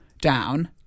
down